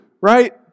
right